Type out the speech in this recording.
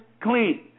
clean